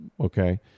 Okay